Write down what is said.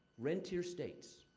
rentier states.